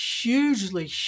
hugely